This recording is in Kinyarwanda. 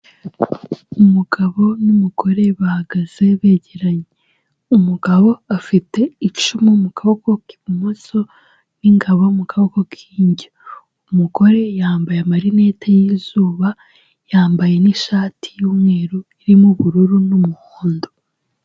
Umugabo n'umugore bahagaze begeranye, umugabo afite icumu mu kaboko k'ibumoso n'ingabo mu kaboko k'indyo, umugore yambaye amarinete y'izuba yambaye n'ishati y'umweru, irimo ubururu n'umuhondo.